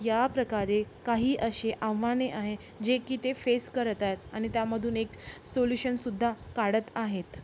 या प्रकारे काही असे आव्हाने आहे जे की ते फेस करत आहेत आणि त्यामधून एक सोलूशनसुद्धा काढत आहेत